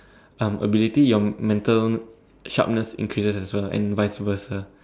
um ability your mental sharpness increases as well and vice versa